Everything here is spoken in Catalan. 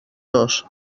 dos